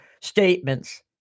statements